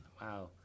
wow